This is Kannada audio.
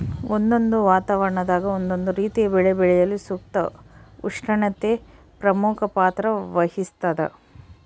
ಒಂದೊಂದು ವಾತಾವರಣದಾಗ ಒಂದೊಂದು ರೀತಿಯ ಬೆಳೆ ಬೆಳೆಯಲು ಸೂಕ್ತ ಉಷ್ಣತೆ ಪ್ರಮುಖ ಪಾತ್ರ ವಹಿಸ್ತಾದ